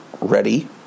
ready